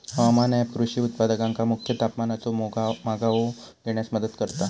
हवामान ऍप कृषी उत्पादकांका मुख्य तापमानाचो मागोवो घेण्यास मदत करता